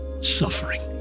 suffering